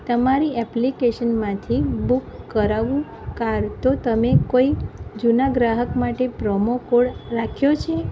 તમારી ઍપ્લિકેશનમાંથી બુક કરાવું કાર તો તમે કોઈ જૂના ગ્રાહક માટે પ્રોમો કોડ રાખ્યો છે